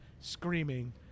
screaming